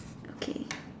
okay